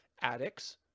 addicts